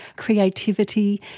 creativity.